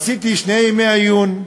עשיתי שני ימי עיון,